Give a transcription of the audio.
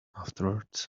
afterwards